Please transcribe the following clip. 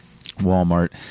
Walmart